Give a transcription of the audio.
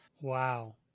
Wow